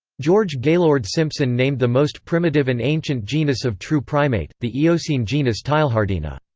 george gaylord simpson named the most primitive and ancient genus of true primate, the eocene genus teilhardina.